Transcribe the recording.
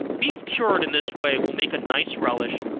beef cured in this way will make a nice relish,